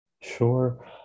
Sure